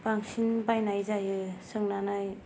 बांसिन बायनाय जायो सोंनानै